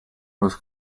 was